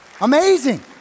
Amazing